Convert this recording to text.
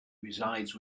resides